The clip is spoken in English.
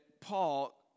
Paul